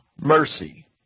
mercy